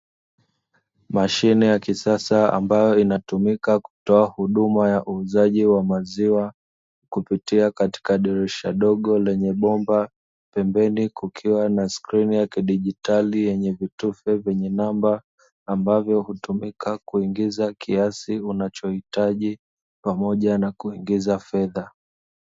Mashine ya kisasa ambayo inatumika kutoa huduma ya uuzaji wa maziwa kupitia katika dirisha dogo lenye bomba. Pembeni kukiwa na skrini ya kidigitali yenye vitufe vyenye namba ambayo hutumika kuingiza kiasi unachohitaji pamoja na kuingiza fedha.